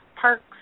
parks